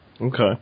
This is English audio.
Okay